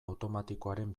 automatikoaren